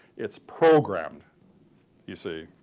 it's programmed you see,